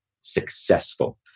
successful